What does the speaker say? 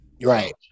Right